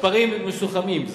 מספרים מסוכמים.